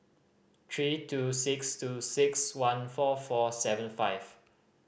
three two six two six one four four seven five